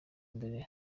mbere